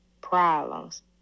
problems